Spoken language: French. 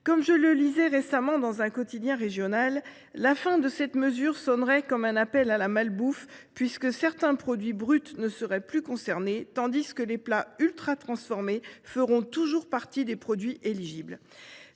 Comme je le lisais récemment dans un quotidien régional :« La fin de cette mesure sonnerait comme un appel à la malbouffe, puisque certains produits bruts ne seraient plus concernés tandis que les plats ultra transformés feront toujours partie des produits éligibles